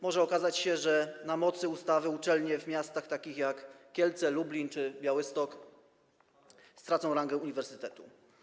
Może okazać się, że na mocy ustawy uczelnie w takich miastach jak Kielce, Lublin czy Białystok stracą rangę uniwersytetu.